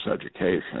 education